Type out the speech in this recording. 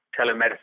telemedicine